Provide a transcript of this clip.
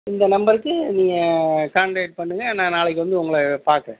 இந்த நம்பருக்கு நீங்கள் காண்டக்ட் பண்ணுங்கள் நான் நாளைக்கு வந்து உங்களை பார்க்கறேன்